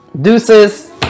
deuces